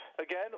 again